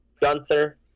Gunther